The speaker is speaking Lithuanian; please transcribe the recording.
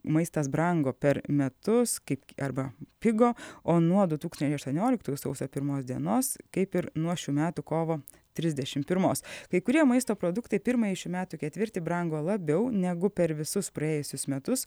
maistas brango per metus kaip arba pigo o nuo du tūkstančiai aštuonioliktųjų sausio pirmos dienos kaip ir nuo šių metų kovo trisdešim pirmos kai kurie maisto produktai pirmąjį šių metų ketvirtį brango labiau negu per visus praėjusius metus